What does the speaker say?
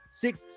Six